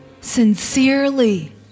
sincerely